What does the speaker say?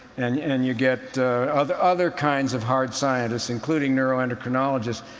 and and you get other other kinds of hard scientists, including neuroendocrinologists.